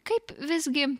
kaip visgi